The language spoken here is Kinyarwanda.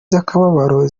z’akababaro